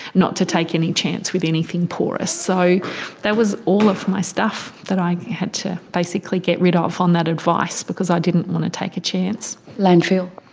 not to take any chance with anything porous. so that was all of my stuff that i had to basically get rid ah of on that advice because i didn't want to take a chance. landfill?